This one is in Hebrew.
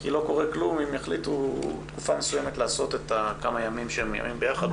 כי לא קורה כלום אם יחליטו תקופה מסוימת לעשות כמה ימים ביחד.